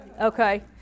Okay